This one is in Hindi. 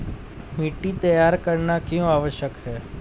मिट्टी तैयार करना क्यों आवश्यक है?